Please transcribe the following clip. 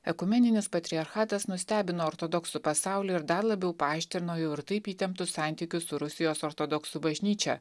ekumeninis patriarchatas nustebino ortodoksų pasaulį ir dar labiau paaštrino jau ir taip įtemptus santykius su rusijos ortodoksų bažnyčia